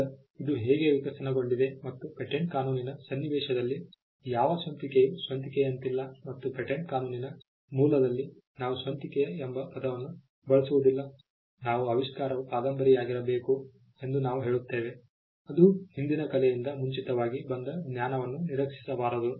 ಈಗ ಇದು ಹೇಗೆ ವಿಕಸನಗೊಂಡಿದೆ ಮತ್ತು ಪೇಟೆಂಟ್ ಕಾನೂನಿನ ಸನ್ನಿವೇಶದಲ್ಲಿ ಯಾವ ಸ್ವಂತಿಕೆಯು ಸ್ವಂತಿಕೆಯಂತಿಲ್ಲ ಮತ್ತು ಪೇಟೆಂಟ್ ಕಾನೂನಿನ ಮೂಲದಲ್ಲಿ ನಾವು ಸ್ವಂತಿಕೆಯ ಎಂಬ ಪದವನ್ನು ಬಳಸುವುದಿಲ್ಲ ನಾವು ಆವಿಷ್ಕಾರವು ಕಾದಂಬರಿಯಾಗಿರಬೇಕು ಎಂದು ನಾವು ಹೇಳುತ್ತೇವೆ ಅದು ಹಿಂದಿನ ಕಲೆಯಿಂದ ಮುಂಚಿತವಾಗಿ ಬಂದ ಜ್ಞಾನವನ್ನು ನಿರೀಕ್ಷಿಸಬಾರದು